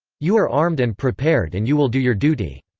you are armed and prepared and you will do your duty.